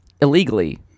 illegally